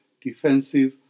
defensive